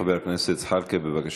חבר הכנסת זחאלקה, בבקשה.